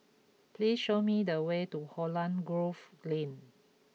please show me the way to Holland Grove Lane